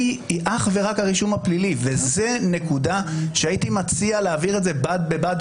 בעצם זו הייתה העמדה שהוא פרסם,